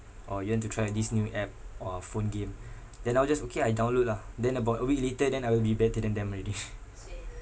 or you want to try this new app or a phone game then I'll just okay I download ah then about a week later then I will be better than them already